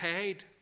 paid